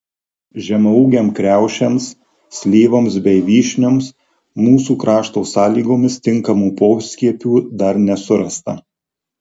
žemaūgėms kriaušėms slyvoms bei vyšnioms mūsų krašto sąlygomis tinkamų poskiepių dar nesurasta